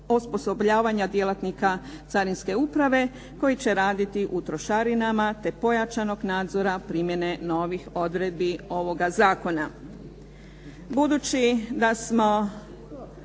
osposobljavanja djelatnika carinske uprave koji će raditi u trošarinama te pojačanog nadzora primjene novih odredbi ovoga zakona.